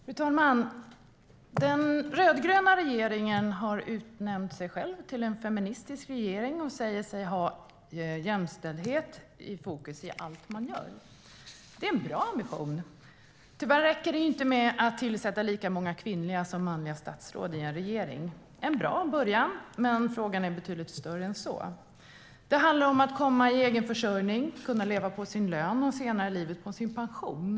Fru talman! Den rödgröna regeringen har utnämnt sig själv till en feministisk regering och säger sig ha jämställdhet i fokus i allt man gör. Det är en bra ambition. Tyvärr räcker det inte med att ha tillsatt lika många kvinnliga som manliga statsråd i en regering. Det är en bra början, men frågan är betydligt större än så. Det handlar om att komma i egen försörjning, kunna leva på sin lön och senare i livet på sin pension.